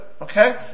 Okay